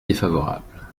défavorable